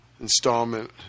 installment